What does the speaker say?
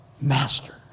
Master